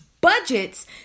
budgets